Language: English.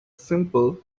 simple